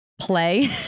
play